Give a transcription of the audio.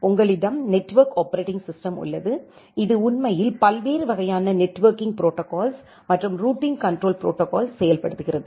எங்களிடம் network operating system உள்ளது இது உண்மையில் பல்வேறு வகையான நெட்வொர்க்கிங் ப்ரோடோகால்ஸ் மற்றும் ரூட்டிங் கண்ட்ரோல் ப்ரோடோகால்ஸ் செயல்படுத்துகிறது